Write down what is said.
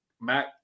Matt